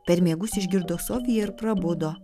per miegus išgirdo sofija ir prabudo